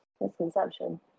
misconception